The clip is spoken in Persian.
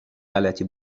غلتی